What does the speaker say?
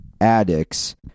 addicts